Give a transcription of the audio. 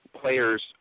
players